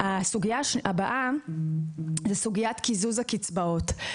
הסוגייה הבאה היא סוגיית קיזוז הקצבאות.